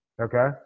okay